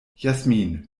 jasmin